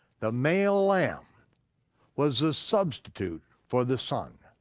the male lamb was the substitute for the son.